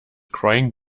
crying